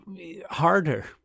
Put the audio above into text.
Harder